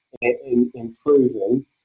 improving